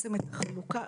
אתכם.